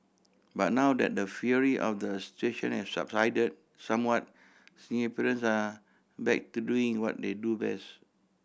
but now that the fury of the situation have subsided somewhat Singaporeans are back to doing what they do best